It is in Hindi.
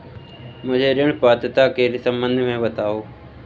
मुझे ऋण पात्रता के सम्बन्ध में बताओ?